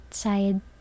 side